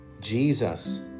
Jesus